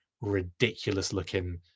ridiculous-looking